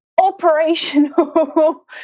operational